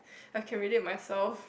I can read it myself